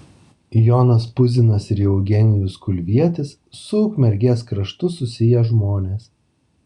jonas puzinas ir eugenijus kulvietis su ukmergės kraštu susiję žmonės